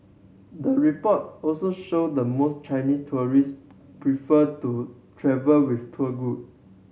the report also show the most Chinese tourist prefer to travel with tour group